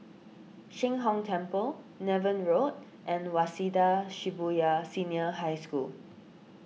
Sheng Hong Temple Niven Road and Waseda Shibuya Senior High School